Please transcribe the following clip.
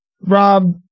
Rob